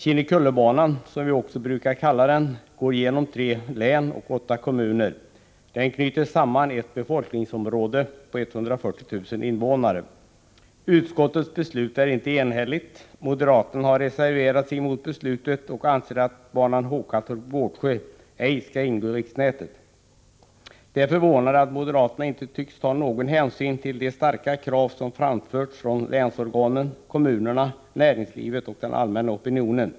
Kinnekullebanan, som vi också brukar kalla denna järnvägssträcka, går genom tre län och åtta kommuner. Den knyter samman ett befolkningsområde med 140 000 invånare. Utskottets beslut är inte enhälligt. Moderaterna har reserverat sig mot beslutet och anser att banan Håkantorp-Gårdsjö ej skall ingå i riksnätet. Det är förvånande att moderaterna inte tycks ta någon hänsyn till de starka krav som har framförts från länsorganen, kommunerna, näringslivet och den allmänna opinionen.